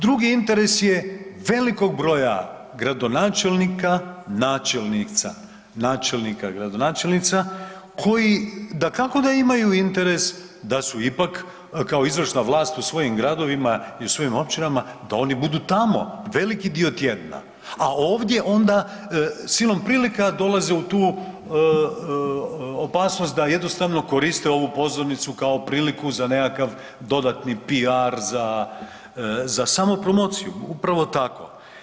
Drugi interes je velikog broja gradonačelnika, načelnica, načelnika, gradonačelnica koji dakako da imaju interes da su ipak kao izvršna vlast u svojim gradovima i u svojim općinama da oni budu tamo veliki dio tjedna, a ovdje onda silom prilika dolaze u tu opasnost da jednostavno koriste ovu pozornicu kao priliku za nekakav dodatni PR za samo promociju, upravo tako.